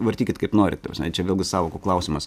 vartykit kaip norit tam prasme čia vėlgi savokų klausimas